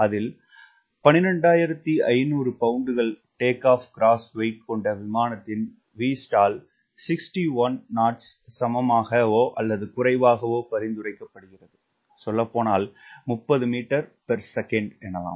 அதில் 12500 பவுண்டுகள் take off gross எடை கொண்ட விமானத்தின் Vstall 61 knots சமமாக அல்லது குறைவாக பரிந்துரைக்கப்படுகிறது சொல்லப்போனால் 30 மீட்டர்செகண்ட் எனலாம்